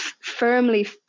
firmly